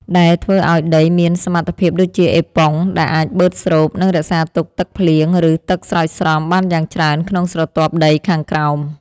ដែលធ្វើឱ្យដីមានសមត្ថភាពដូចជា អេប៉ុង ដែលអាចបឺតស្រូប និងរក្សាទុកទឹកភ្លៀង ឬទឹកស្រោចស្រពបានយ៉ាងច្រើនក្នុងស្រទាប់ដីខាងក្រោម។